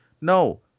No